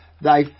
Thy